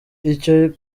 icyo